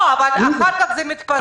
אבל אחר כך זה מתפזר.